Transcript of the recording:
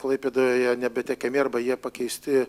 klaipėdą jie nebetiekiami arba jie pakeisti